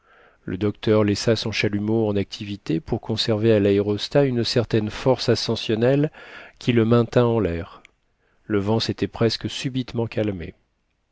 le docteur laissa son chalumeau en activité pour conserver à l'aérostat une certaine force ascensionnelle qui le maintint en l'air le vent s'était presque subitement calmé